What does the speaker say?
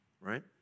right